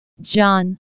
John